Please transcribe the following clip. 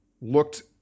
looked